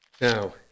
Now